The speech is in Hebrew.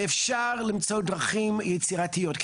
אפשר למצוא דרכים יצירתיות,